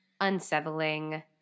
unsettling